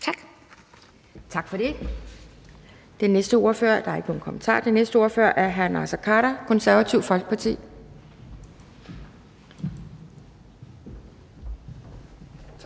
kommentarer. Den næste ordfører er hr. Naser Khader, Det Konservative Folkeparti. Kl.